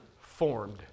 formed